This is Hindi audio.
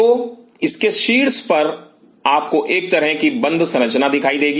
तो इसके शीर्ष पर आपको एक तरह की एक बंद संरचना दिखाई देगा